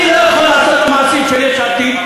אני לא יכול לעשות את המעשים של יש עתיד,